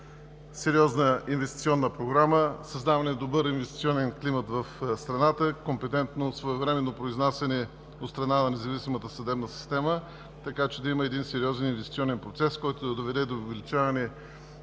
сериозна инвестиционна програма, създаване на добър инвестиционен климат в страната, компетентно, своевременно произнасяне от страна на независимата съдебна система, така че да има един сериозен инвестиционен процес, който да доведе до увеличаване